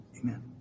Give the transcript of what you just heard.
Amen